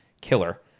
Killer